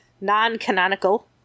non-canonical